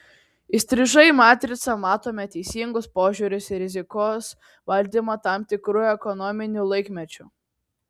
įstrižai matricą matome teisingus požiūrius į rizikos valdymą tam tikru ekonominiu laikmečiu